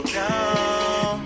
down